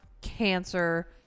cancer